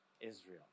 Israel